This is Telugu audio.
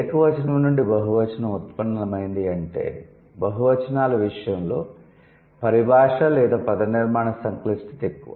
ఏకవచనం నుండి బహువచనం ఉత్పన్నమైంది అంటే బహువచనాల విషయంలో పరిభాష లేదా పదనిర్మాణ సంక్లిష్టత ఎక్కువ